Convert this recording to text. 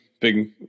big